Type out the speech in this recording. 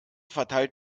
verteilt